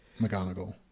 McGonagall